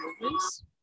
movements